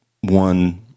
one